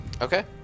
Okay